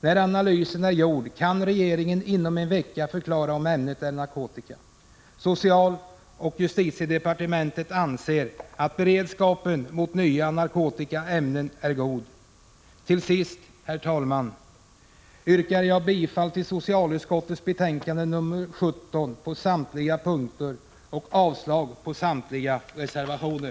När analysen är gjord kan regeringen inom en vecka förklara om ämnet är narkotika. Socialoch justitiedepartementen anser att beredskapen mot nya narkotiska ämnen är god. Herr talman! Till sist yrkar jag bifall till socialutskottets hemställan i betänkande 17 på samtliga punkter och avslag på samtliga reservationer.